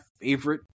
favorite